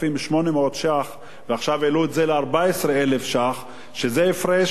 שקל ועכשיו העלו את זה ל-14,000 שקל שזה הפרש מכובד.